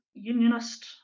Unionist